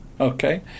Okay